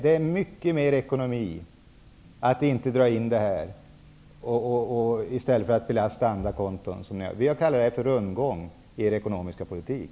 Det är mycket mer ekonomi att inte dra in dessa pengar, i stället för att belasta andra konton. Vi kallar detta för rundgång i er ekonomiska politik.